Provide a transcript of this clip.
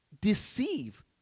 deceive